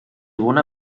bona